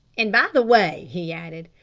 and, by the way, he added,